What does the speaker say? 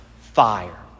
fire